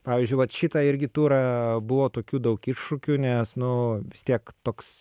pavyzdžiui vat šitą irgi turą buvo tokių daug iššūkių nes nu vis tiek toks